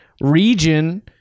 region